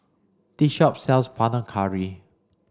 this shop sells Panang Curry